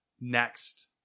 next